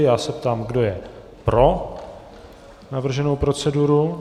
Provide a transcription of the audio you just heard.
Já se ptám, kdo je pro navrženou proceduru?